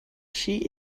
she